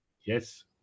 Yes